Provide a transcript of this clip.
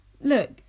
Look